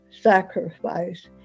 sacrifice